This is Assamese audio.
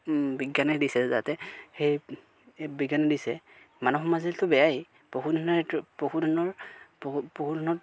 বিজ্ঞানেই দিছে যাতে সেই বিজ্ঞানে দিছে মানুহ সমাজেতো বেয়াই পশুধনৰ পশুধনৰ পশু পশুধনত